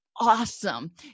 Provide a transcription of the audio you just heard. awesome